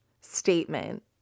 statement